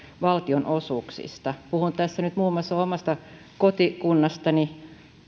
valtionosuuksista puhun tässä nyt muun muassa omasta kotikunnastani